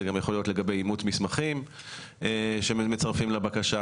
זה גם יכול להיות לגבי אימות מסמכים שמצרפים לבקשה,